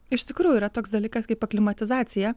iš tikrųjų yra toks dalykas kaip aklimatizacija